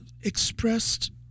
expressed